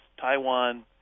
Taiwan